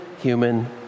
human